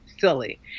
silly